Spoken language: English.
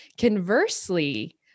Conversely